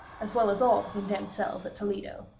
as well as all the condemned cells at toledo,